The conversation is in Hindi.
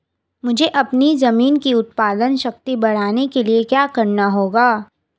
मुझे अपनी ज़मीन की उत्पादन शक्ति बढ़ाने के लिए क्या करना होगा?